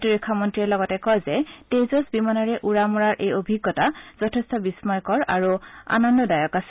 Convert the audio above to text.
প্ৰতিৰক্ষা মন্ত্ৰীয়ে লগতে কয় যে তেজস বিমানেৰে উৰা মৰাৰ এই অভিজ্ঞতা যথেষ্ট বিল্পয়ক আৰু আনন্দদায়ক আছিল